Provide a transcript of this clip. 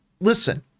Listen